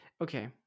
Okay